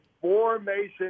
formation